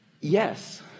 yes